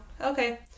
Okay